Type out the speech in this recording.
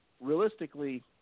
realistically